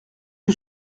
que